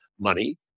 money